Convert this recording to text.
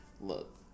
look